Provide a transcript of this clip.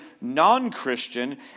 non-Christian